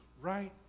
right